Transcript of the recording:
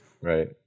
Right